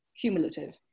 cumulative